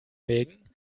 mägen